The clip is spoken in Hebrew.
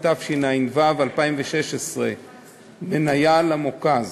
התשע"ו 2016. מניה למוכ"ז,